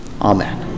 Amen